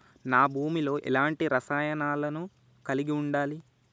నా భూమి లో ఎలాంటి రసాయనాలను కలిగి ఉండాలి?